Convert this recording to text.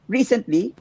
Recently